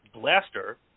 blaster